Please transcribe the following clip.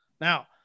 Now